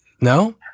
No